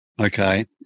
okay